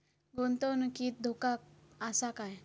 गुंतवणुकीत धोको आसा काय?